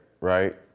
right